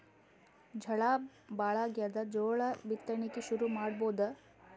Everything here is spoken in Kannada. ಝಳಾ ಭಾಳಾಗ್ಯಾದ, ಜೋಳ ಬಿತ್ತಣಿಕಿ ಶುರು ಮಾಡಬೋದ?